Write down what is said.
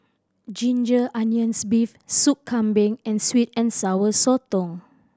ginger onions beef Sup Kambing and sweet and Sour Sotong